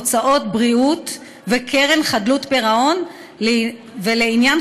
הוצאות בריאות וקרן חדלות פירעון ולעניין